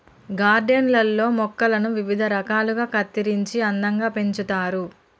garden లల్లో మొక్కలను వివిధ రకాలుగా కత్తిరించి అందంగా పెంచుతారు